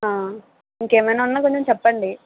ఇంకేమైనా ఉన్నా కొంచం చెప్పండి